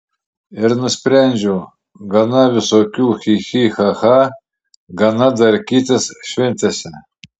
ir nusprendžiau gana visokių chi chi cha cha gana darkytis šventėse